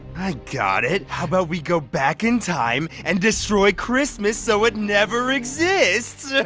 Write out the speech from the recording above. i got it! how about we go back in time and destroy christmas. so it never exists!